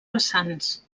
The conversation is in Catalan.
vessants